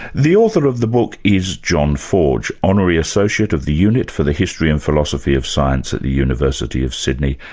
the author of the book is john forge, honorary associate of the unit for the history and philosophy of science at the university of sydney,